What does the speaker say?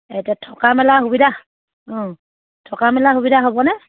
এতিয়া থকা মেলা সুবিধা থকা মেলা সুবিধা হ'বনে